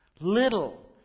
Little